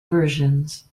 versions